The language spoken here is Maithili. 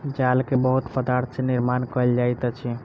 जाल के बहुत पदार्थ सॅ निर्माण कयल जाइत अछि